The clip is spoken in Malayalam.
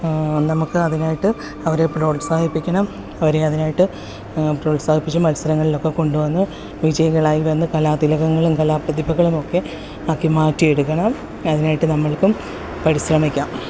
നമുക്ക് അതിനായിട്ട് അവരെ പ്രോത്സാഹിപ്പിക്കണം അവരെ അതിനായിട്ട് പ്രോത്സാഹിപ്പിച്ചും മത്സരങ്ങളിലൊക്കെ കൊണ്ട് വന്ന് വിജയികളായി വന്ന് കലാതിലകങ്ങളും കലാപ്രതിഭകളും ഒക്കെ ആക്കി മാറ്റിയെടുക്കണം അതിനായിട്ട് നമ്മൾക്കും പരിശ്രമിക്കാം